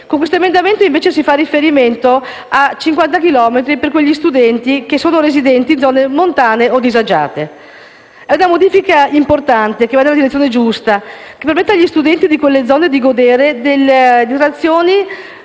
Con questo emendamento si fa riferimento a 50 chilometri per gli studenti residenti in zone montane o disagiate. È una modifica importante che va nella direzione giusta e permette agli studenti di quelle zone di godere delle detrazioni